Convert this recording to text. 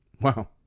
Wow